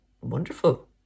wonderful